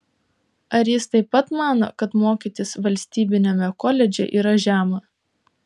ar jis taip pat mano kad mokytis valstybiniame koledže yra žema